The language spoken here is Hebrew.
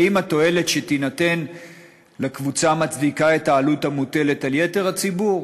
האם התועלת שתינתן לקבוצה מצדיקה את העלות המוטלת על יתר הציבור?